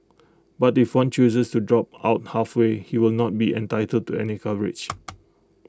but if one chooses to drop out halfway he will not be entitled to any coverage